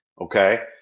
okay